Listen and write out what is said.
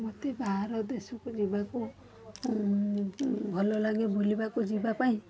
ମୋତେ ବାହାର ଦେଶକୁ ଯିବାକୁ ଭଲ ଲାଗେ ବୁଲିବାକୁ ଯିବା ପାଇଁ